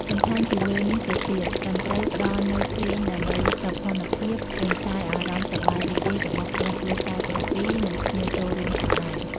បន្ថែមពីលើនេះទៅទៀត តន្រ្ដីផ្ដល់នៅភ្លេងដើម្បីសោភ័ណភាព រំសាយអារម្មណ៍សប្បាយរីករាយរបស់ក្រុមគ្រួសារទាំងពីរនិងភ្ងៀវចូលរួមផងដែរ។